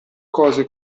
cose